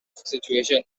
situation